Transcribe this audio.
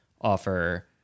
offer